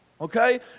Okay